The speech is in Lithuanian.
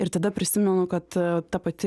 ir tada prisimenu kad ta pati